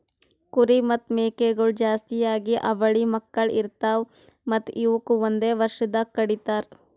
ಕುರಿ ಮತ್ತ್ ಮೇಕೆಗೊಳ್ ಜಾಸ್ತಿಯಾಗಿ ಅವಳಿ ಮಕ್ಕುಳ್ ಇರ್ತಾವ್ ಮತ್ತ್ ಇವುಕ್ ಒಂದೆ ವರ್ಷದಾಗ್ ಕಡಿತಾರ್